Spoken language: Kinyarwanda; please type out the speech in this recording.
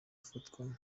afatwa